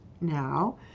now